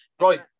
Right